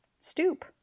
stoop